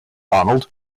arnold